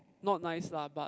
not nice lah but